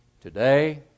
Today